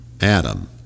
Adam